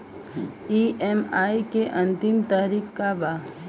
EMI के अंतिम तारीख का बा?